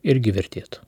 irgi vertėtų